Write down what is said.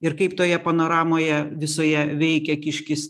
ir kaip toje panoramoje visoje veikia kiškis